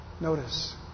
Notice